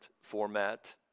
format